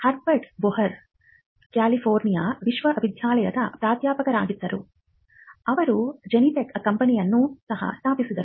Herbert Boyer California ವಿಶ್ವವಿದ್ಯಾಲಯದ ಪ್ರಾಧ್ಯಾಪಕರಾಗಿದ್ದು ಅವರು ಜೆನೆಂಟೆಕ್ ಕಂಪನಿಯನ್ನು ಸಹ ಸ್ಥಾಪಿಸಿದರು